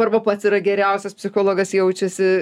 arba pats yra geriausias psichologas jaučiasi